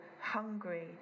hungry